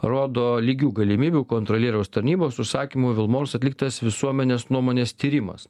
rodo lygių galimybių kontrolieriaus tarnybos užsakymu vilmorus atliktas visuomenės nuomonės tyrimas